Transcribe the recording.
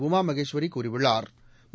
உமா மகேஸ்வரி கூறியுள்ளாா்